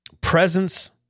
presence